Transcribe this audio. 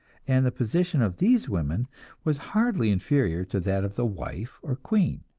and the position of these women was hardly inferior to that of the wife or queen.